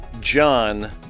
John